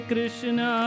Krishna